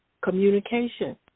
communication